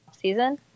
season